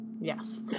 Yes